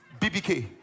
BBK